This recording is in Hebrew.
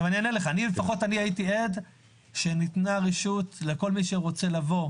אני אענה לך: אני לפחות הייתי עד לכך שניתנה רשות לכל מי שרוצה לבוא,